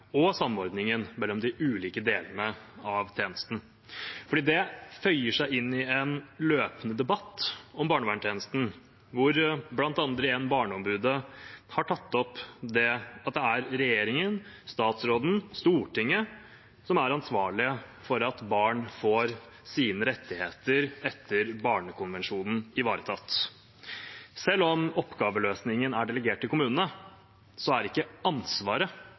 og samordningen mellom de ulike delene av tjenesten. Det føyer seg inn i en løpende debatt om barnevernstjenesten, hvor bl.a. Barneombudet har tatt opp at det er regjeringen, statsråden, Stortinget som er ansvarlig for at barn får sine rettigheter etter Barnekonvensjonen ivaretatt. Selv om oppgaveløsningen er delegert til kommunene, er ikke ansvaret